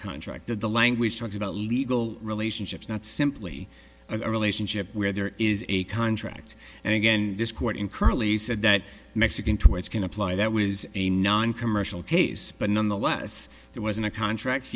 contract that the language talks about legal relationships not simply a relationship where there is a contract and again this court in currently said that mexican torts can apply that was a noncommercial case but nonetheless there wasn't a contract